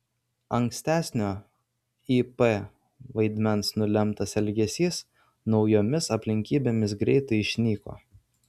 ankstesnio ip vaidmens nulemtas elgesys naujomis aplinkybėmis greitai išnyko